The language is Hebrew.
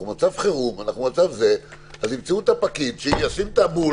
אנחנו במצב חירום אז שימצאו את הפקיד שישים את הבול.